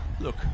Look